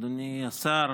אדוני השר,